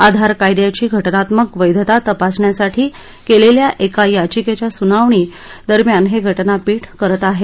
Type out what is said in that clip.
आधार कायद्याची घटनात्मक वैधता तपासण्यासाठी केलेल्या एका याचिकेच्या सुनावणी हे घटनापीठ करत आहे